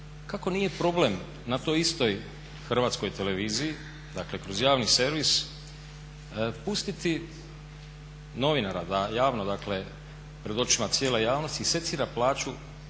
kako nije problem na toj istoj Hrvatskoj televiziji, dakle kroz javni servis pustiti novinara da javno dakle pred očima cijele javnosti secira plaću,